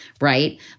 right